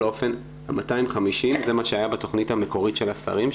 ה-250 זה מה שהיה בתכנית המקורית של השרים,